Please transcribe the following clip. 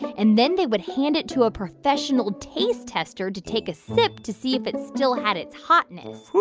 and then they would hand it to a professional taste tester to take a sip to see if it still had its hotness.